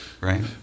right